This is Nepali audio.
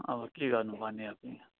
अब के गर्नुपर्ने हो कि कुनि